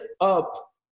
up